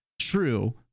true